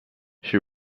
she